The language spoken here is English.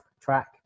track